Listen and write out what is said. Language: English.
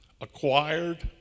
acquired